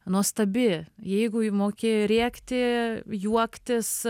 nuostabi jeigu j mokėjai rėkti juoktis